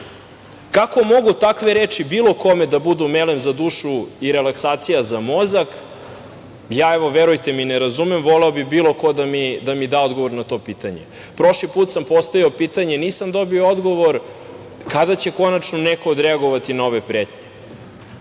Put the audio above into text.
Kako mogu takve reči bilo kome da budu „melem za dušu“ i „relaksacija za mozak“? Ja, evo, verujte mi ne razumem i voleo bih da mi bilo ko da odgovor na to pitanje. Prošli put sam postavio pitanje i nisam dobio odgovor – kada će konačno neko odreagovati na ove pretnje?